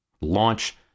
launch